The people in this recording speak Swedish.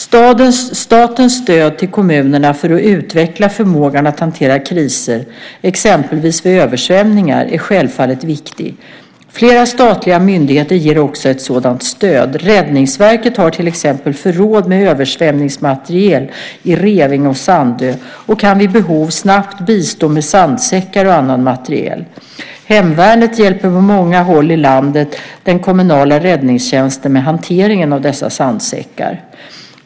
Statens stöd till kommunerna för att utveckla förmågan att hantera kriser, exempelvis vid översvämningar, är självfallet viktigt. Flera statliga myndigheter ger också ett sådant stöd. Räddningsverket har till exempel förråd med översvämningsmateriel i Revinge och Sandö och kan vid behov snabbt bistå med sandsäckar och annan materiel. Hemvärnet hjälper på många håll i landet den kommunala räddningstjänsten med hanteringen av dessa sandsäckar.